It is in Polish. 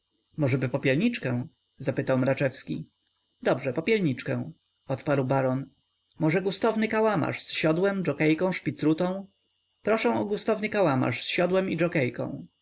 możeby popielniczkę zapytał mraczewski dobrze popielniczkę odparł baron może gustowny kałamarz z siodłem dżokiejką spicrutą proszę o gustowny kałamarz z siodłem i dżokiejką